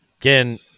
Again